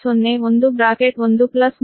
01 bracket 1 plus 3